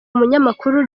umunyamakuru